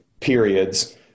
periods